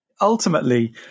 ultimately